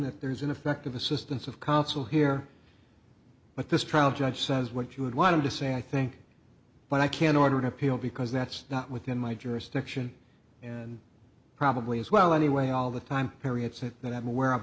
that there is ineffective assistance of counsel here but this trial judge says what you would want him to say i think but i can order an appeal because that's not within my jurisdiction probably as well anyway all the time periods that i'm aware of